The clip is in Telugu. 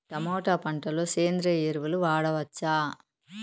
టమోటా పంట లో సేంద్రియ ఎరువులు వాడవచ్చా?